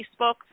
Facebook